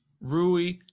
Rui